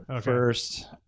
first